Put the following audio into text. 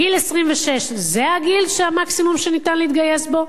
גיל 26 זה גיל המקסימום שאפשר להתגייס בו,